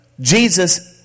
Jesus